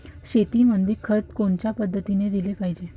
शेतीमंदी खत कोनच्या पद्धतीने देलं पाहिजे?